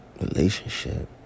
relationship